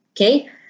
okay